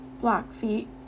Blackfeet